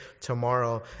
tomorrow